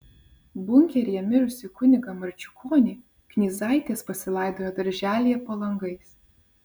bunkeryje mirusį kunigą marčiukonį knyzaitės pasilaidojo darželyje po langais